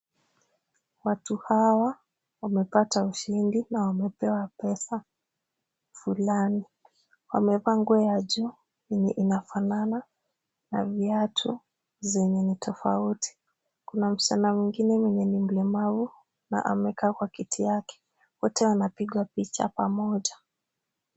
Watu hawa wamepata ushindi na wamepewa pesa fulani. Wamevaa nguo ya juu yenye inafanana na viatu zenye ni tofauti. Kuna msichana mwingine mwenye ni mlemavu na amekaa kwa kiti yake. Wote wanapigwa picha pamoja.